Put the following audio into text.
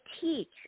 teach